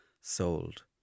sold